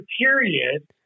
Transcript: period